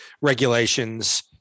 regulations